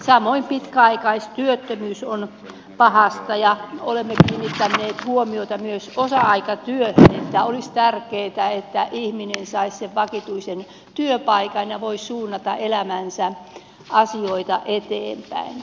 samoin pitkäaikaistyöttömyys on pahasta ja olemme kiinnittäneet huomiota myös osa aikatyöhön niin että olisi tärkeätä että ihminen saisi sen vakituisen työpaikan ja voisi suunnata elämänsä asioita eteenpäin